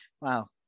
Wow